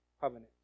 covenant